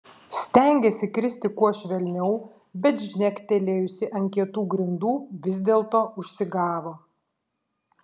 stengėsi kristi kuo švelniau bet žnektelėjusi ant kietų grindų vis dėlto užsigavo